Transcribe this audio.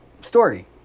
story